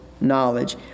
knowledge